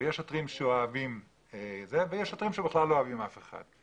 ויש שוטרים שבכלל לא אוהבים אף אחד.